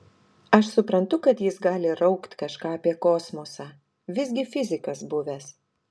aš suprantu kad jis gali raukt kažką apie kosmosą visgi fizikas buvęs